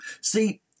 See